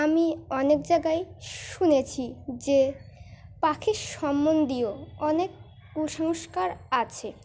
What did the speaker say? আমি অনেক জায়গায় শুনেছি যে পাখির সম্বন্ধীয় অনেক কুসংস্কার আছে